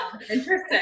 Interesting